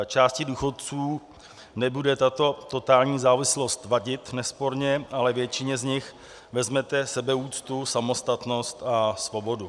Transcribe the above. Části důchodců nebude tato totální závislost vadit, nesporně ale většině z nich vezmete sebeúctu, samostatnost a svobodu.